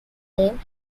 name